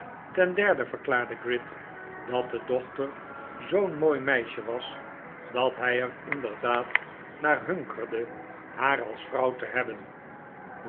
ten derde verklaarde gride dat de doch ter zoo'n mooi meisje was dat hij er inderdaad naar hunkerde haar als vrouw te hebben